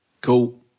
Cool